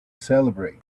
celebrate